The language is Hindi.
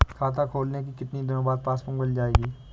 खाता खोलने के कितनी दिनो बाद पासबुक मिल जाएगी?